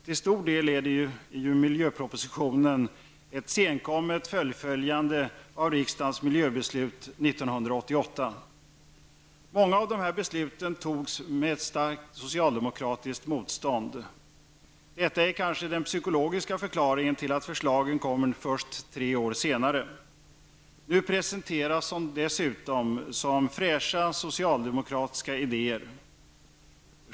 Till stor del är ju miljöpropositionen ett senkommet fullföljande av riksdagens miljöbeslut 1988. Många av dessa beslut togs med starkt socialdemokratiskt motstånd. Detta är kanske den psykologiska förklaringen till att förslagen kommer först tre år senare. Nu presenterades de dessutom som fräscha socialdemokratiska idéer.